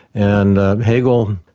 and hegel,